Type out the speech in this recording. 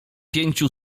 pięciu